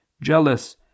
jealous